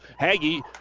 Haggy